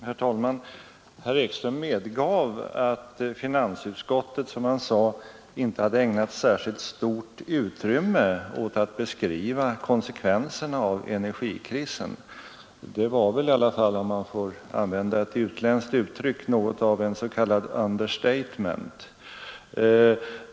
Herr talman! Herr Ekström medgav att finansutskottet, som han sade, inte hade ägnat särskilt stort utrymme åt att beskriva konsekvenserna av energikrisen. Det var väl i alla fall, om jag får använda ett utländskt uttryck, något av ett understatement.